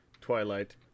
Twilight